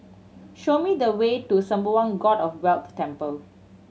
show me the way to Sembawang God of Wealth Temple